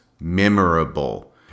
memorable